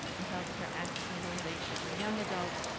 and healthcare access and utilization for young adults,